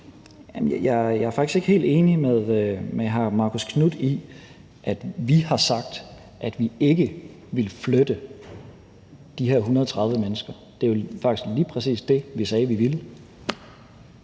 Jeg er faktisk ikke helt enig med hr. Marcus Knuth i, at vi har sagt, at vi ikke ville flytte de her 130 mennesker. Det er faktisk lige præcis det, vi sagde vi ville.